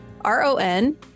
R-O-N